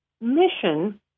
mission